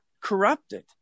corrupted